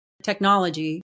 technology